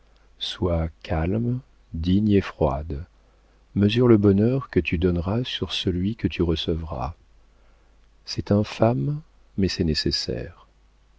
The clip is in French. sois calme digne et froide mesure le bonheur que tu donneras sur celui que tu recevras c'est infâme mais c'est nécessaire